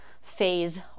phase